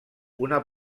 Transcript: una